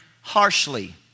harshly